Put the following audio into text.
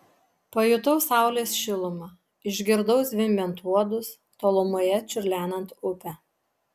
pajutau saulės šilumą išgirdau zvimbiant uodus tolumoje čiurlenant upę